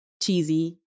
cheesy